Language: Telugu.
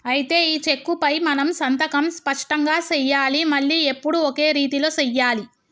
అయితే ఈ చెక్కుపై మనం సంతకం స్పష్టంగా సెయ్యాలి మళ్లీ ఎప్పుడు ఒకే రీతిలో సెయ్యాలి